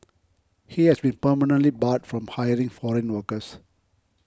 he has been permanently barred from hiring foreign workers